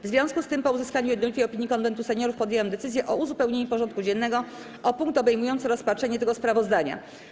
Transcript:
W związku z tym, po uzyskaniu jednolitej opinii Konwentu Seniorów, podjęłam decyzję o uzupełnieniu porządku dziennego o punkt obejmujący rozpatrzenie tego sprawozdania.